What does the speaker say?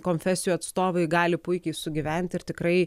konfesijų atstovai gali puikiai sugyventi ir tikrai